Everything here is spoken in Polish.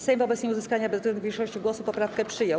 Sejm wobec nieuzyskania bezwzględnej większości głosów poprawkę przyjął.